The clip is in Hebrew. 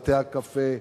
בתי-הקפה,